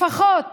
לפחות